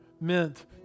meant